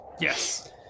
Yes